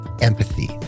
empathy